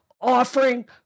offering